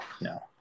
no